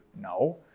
No